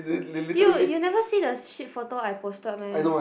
dude you never see the shit photo I posted meh